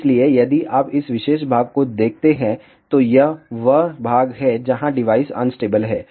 इसलिए यदि आप इस विशेष भाग को देखते हैं तो यह वह भाग है जहां डिवाइस अनस्टेबल है